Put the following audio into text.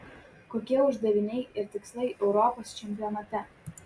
kokie uždaviniai ir tikslai europos čempionate